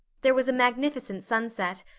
there was a magnificent sunset,